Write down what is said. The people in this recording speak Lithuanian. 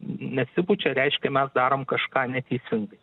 nesipučia reiškia mes darom kažką neteisingai